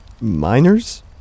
Miners